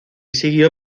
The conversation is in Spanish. siguió